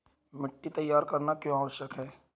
मिट्टी तैयार करना क्यों आवश्यक है?